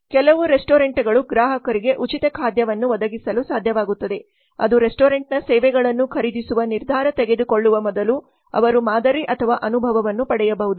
ಕೆಲವು ರೆಸ್ಟೋರೆಂಟ್ಗಳು ಗ್ರಾಹಕರಿಗೆ ಉಚಿತ ಖಾದ್ಯವನ್ನು ಒದಗಿಸಲು ಸಾಧ್ಯವಾಗುತ್ತದೆ ಅದು ರೆಸ್ಟೋರೆಂಟ್ನ ಸೇವೆಗಳನ್ನು ಖರೀದಿಸುವ ನಿರ್ಧಾರ ತೆಗೆದುಕೊಳ್ಳುವ ಮೊದಲು ಅವರು ಮಾದರಿ ಅಥವಾ ಅನುಭವವನ್ನು ಪಡೆಯಬಹುದು